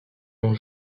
ont